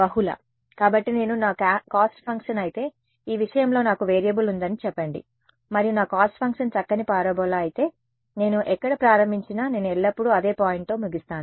బహుళ కాబట్టి నేను నా కాస్ట్ ఫంక్షన్ అయితే ఈ విషయంలో నాకు వేరియబుల్ ఉందని చెప్పండి మరియు నా కాస్ట్ ఫంక్షన్ చక్కని పారాబొలా అయితే నేను ఎక్కడ ప్రారంభించినా నేను ఎల్లప్పుడూ అదే పాయింట్తో ముగిస్తాను